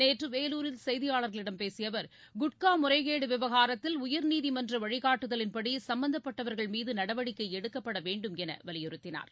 நேற்று வேலூரில் செய்தியாளர்களிடம் பேசிய அவர் குட்கா முறைகேடு விவகாரத்தில் உயர்நீதிமன்ற வழிகாட்டுதலின்படி சும்பந்தப்பட்டவர்கள்மீது நடவடிக்கை எடுக்கப்பட வேண்டும் என்று வலியுறுத்தினார்